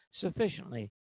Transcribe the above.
sufficiently